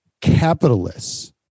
capitalists